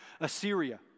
Assyria